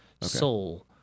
soul